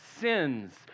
sins